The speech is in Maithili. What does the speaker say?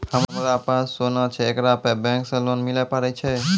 हमारा पास सोना छै येकरा पे बैंक से लोन मिले पारे छै?